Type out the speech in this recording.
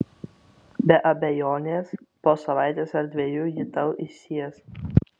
be abejonės po savaitės ar dviejų ji tau įsiės